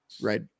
right